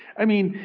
i mean,